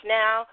now